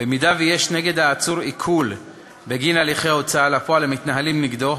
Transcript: במידה שיש נגד העצור עיקול בגין הליכי הוצאה לפועל המתנהלים נגדו,